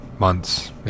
months